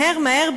מהר מהר,